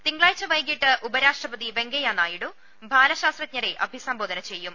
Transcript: തിങ്കളാഴ്ച വൈകീട്ട് ഉപരാഷ്ട്രപതി വെങ്ക യ്യനാഡിഡു ബാലശാസ്ത്രജ്ഞരെ അഭിസംബോധന ചെയ്യും